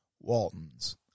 Walton's